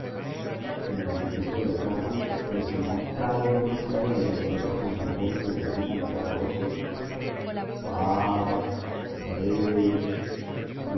en el silencio de la cárcel resonaba cada vez más claro el doloroso canturreo que venía del calabozo pa